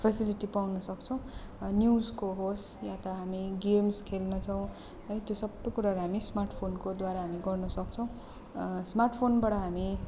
facility पाउन सक्छौँ न्युजको होस् या त हामी गेम्स् खेल्दछौँ है त्यो सबै कुराहरू हामी स्मार्ट फोनकोद्वारा हामी गर्न सक्छौँ स्मार्ट फोनबाट हामी